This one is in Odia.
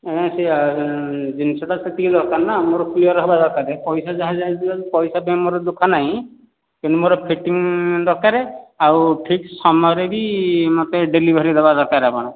ସେହିଆ ଜିନିଷଟା ସେତିକି ଦରକାର ନା ମୋର କ୍ଲିଅର ହେବା ଦରକାର ପଇସା ଯାହା ଯାଉଛି ଯାଉ ପଇସା ପାଇଁ ମୋର ଦୁଃଖ ନାହିଁ କିନ୍ତୁ ମୋର ଫିଟିଂ ଦରକାର ଆଉ ଠିକ୍ ସମୟରେ ବି ମୋତେ ଡେଲିଭରୀ ଦେବା ଦରକାର ଆପଣ